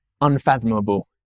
unfathomable